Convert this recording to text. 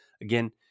again